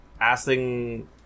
asking